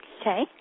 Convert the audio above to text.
Okay